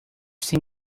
seen